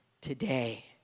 today